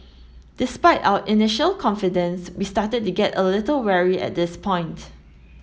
despite our initial confidence we started to get a little wary at this point